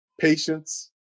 patience